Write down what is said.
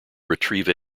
retrieve